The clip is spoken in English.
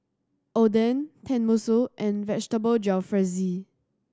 Oden Tenmusu and Vegetable Jalfrezi